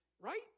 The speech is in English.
right